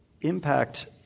impact